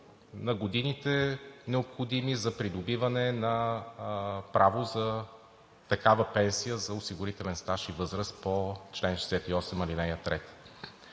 на годините, необходими за придобиване на право за такава пенсия за осигурителен стаж и възраст по чл. 68, ал. 3